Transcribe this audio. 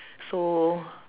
so